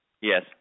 Yes